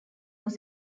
was